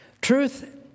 Truth